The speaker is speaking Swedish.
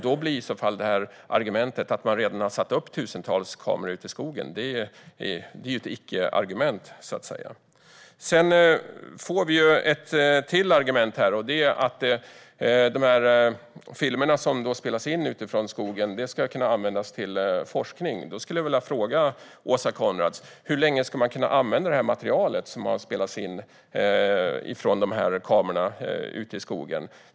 Då blir argumentet att man redan satt upp tusentals kameror ute i skogen så att säga ett icke-argument. Sedan får vi ett till argument, nämligen att de filmer som spelas in ute i skogen ska kunna användas vid forskning. Jag skulle vilja fråga Åsa Coenraads hur länge man ska kunna använda det material som spelats in med kamerorna ute i skogen.